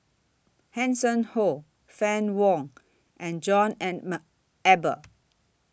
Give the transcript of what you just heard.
Hanson Ho Fann Wong and John Eber